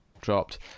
dropped